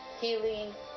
healing